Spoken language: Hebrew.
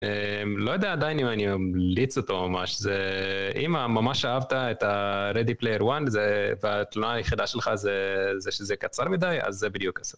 לא יודע עדיין אם אני ממליץ אותו ממש. אם ממש אהבת את ה-ready player 1 והתלונה היחידה שלך זה שזה קצר מדי, אז זה בדיוק עשה.